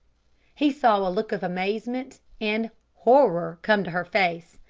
he saw a look of amazement and horror come to her face.